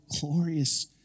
glorious